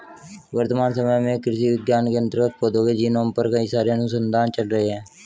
वर्तमान समय में कृषि विज्ञान के अंतर्गत पौधों के जीनोम पर कई सारे अनुसंधान चल रहे हैं